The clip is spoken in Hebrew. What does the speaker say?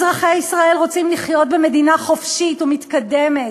אזרחי ישראל רוצים לחיות במדינה חופשית ומתקדמת,